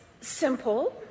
simple